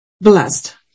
blessed